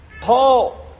Paul